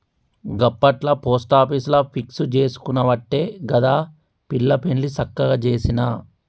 గప్పట్ల పోస్టాపీసుల ఫిక్స్ జేసుకునవట్టే గదా పిల్ల పెండ్లి సక్కగ జేసిన